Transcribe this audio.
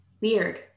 Weird